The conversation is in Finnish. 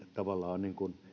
tavallaan